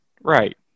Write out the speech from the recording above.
Right